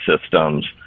systems